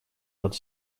под